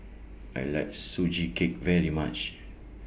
I like Sugee Cake very much